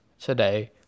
Today